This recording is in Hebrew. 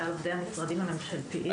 כלל עובדי המשרדים הממשלתיים,